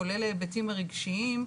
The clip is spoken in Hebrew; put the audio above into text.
כולל ההיבטים הרגשיים,